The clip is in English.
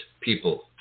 people